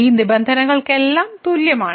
ഈ നിബന്ധനകൾക്കെല്ലാം തുല്യമാണ്